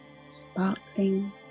sparkling